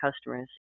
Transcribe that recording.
customers